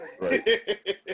Right